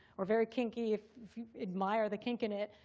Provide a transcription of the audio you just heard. or very kinky if you admire the kink in it.